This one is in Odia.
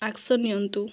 ଆକ୍ସନ ନିଅନ୍ତୁ